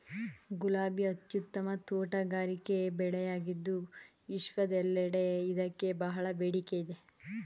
ಗುಲಾಬಿ ಅತ್ಯುತ್ತಮ ತೋಟಗಾರಿಕೆ ಬೆಳೆಯಾಗಿದ್ದು ವಿಶ್ವದೆಲ್ಲೆಡೆ ಇದಕ್ಕೆ ಬಹಳ ಬೇಡಿಕೆ ಇದೆ